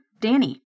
Danny